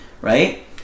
Right